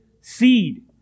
seed